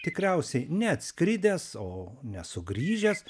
tikriausiai ne atskridęs o ne sugrįžęs